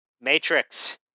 Matrix